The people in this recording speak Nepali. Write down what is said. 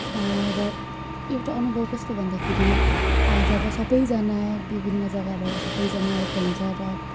र एउटा अनुभव कस्तो भन्दाखेरि जब सबैजना विभिन्न जग्गाबाट सबैजना आएको हुन्छ र